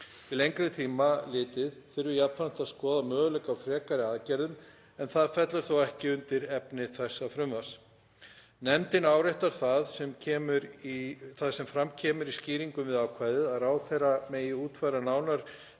Til lengri tíma litið þurfi jafnframt að skoða möguleika á frekari aðgerðum en það fellur þó ekki undir efni þessa frumvarps. Nefndin áréttar það sem fram kemur í skýringum við 14. gr. frumvarpsins að ráðherra megi útfæra nánar